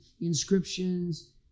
inscriptions